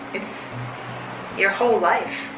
it's your whole life.